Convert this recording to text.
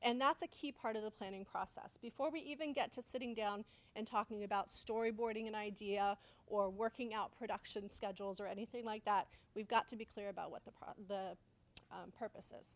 and that's a key part of the planning process before we even get to sitting down and talking about storyboarding an idea or working out production schedules or anything like that we've got to be clear about what the